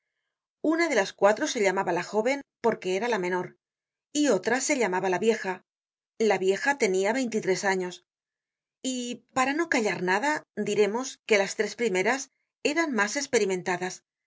una de las cuatro se llamaba la jóven porque era la menor y otra se llamaba la vieja la vieja tenia veintitres años y para no callar nada diremos que las tres primeras eran mas esperimentadas